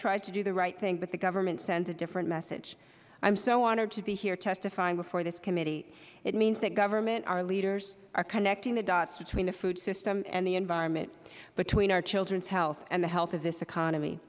tries to do the right thing but the government sends a different message i am so honored to be here testifying before this committee it means that government our leaders are connecting the dots between the food system and the environment between our children's health and the health of this economy